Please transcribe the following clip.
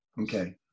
okay